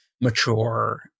mature